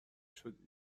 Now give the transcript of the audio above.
شدی